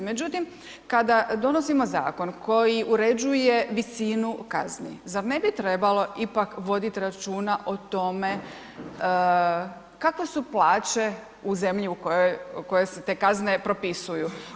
Međutim, kada donosimo zakon koji uređuje visinu kazni, zar ne bi trebalo ipak voditi računa o tome kakve su plaće u zemlju u kojoj se te kazne propisuju?